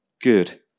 Good